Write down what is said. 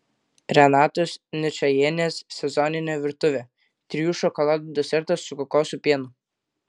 renatos ničajienės sezoninė virtuvė trijų šokoladų desertas su kokosų pienu